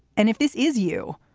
and if this is you,